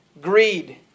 greed